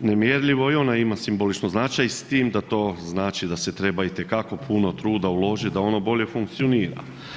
nemjerljivo i ono ima simbolično značaj s tim da to znači da se treba itekako puno truda uložiti da ono bolje funkcionira.